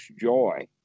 joy